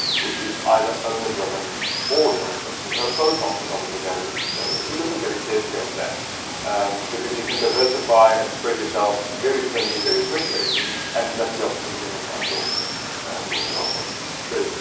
which is either owner driven or joint ventures. both options are being invested in australia, but we're looking very carefully at that because you can diversify and spread yourself very thinly, very quickly and miss the opportunity in your front doorstep and where you operate. matthew